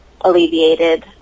alleviated